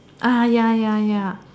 ah ya ya ya